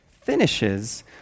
finishes